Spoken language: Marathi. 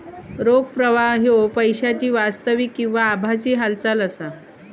रोख प्रवाह ह्यो पैशाची वास्तविक किंवा आभासी हालचाल असा